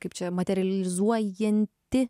kaip čia materializuojanti